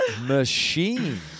machine